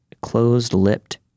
closed-lipped